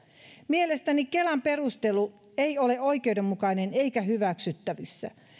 mielestäni kelan perustelu ei ole oikeudenmukainen eikä hyväksyttävissä